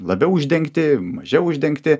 labiau uždengti mažiau uždengti